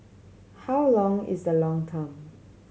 how long is the long term